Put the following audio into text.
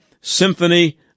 symphony